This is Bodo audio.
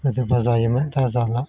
गोदोबा जायोमोन दा जाला